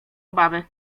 obawy